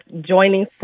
joining